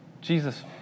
Jesus